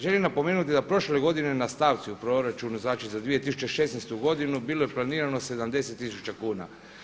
Želim napomenuti da prošle godine na stavci u proračunu, znači za 2016. godinu bilo je planirano 70000 kuna.